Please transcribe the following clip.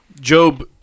Job